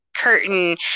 curtain